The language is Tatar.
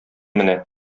менә